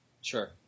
Sure